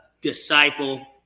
disciple